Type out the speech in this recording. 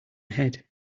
head